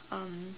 um